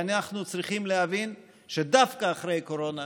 אנחנו צריכים להבין שדווקא אחרי הקורונה